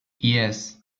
yes